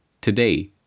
today